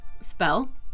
spell